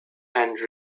and